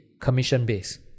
commission-based